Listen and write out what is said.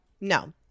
No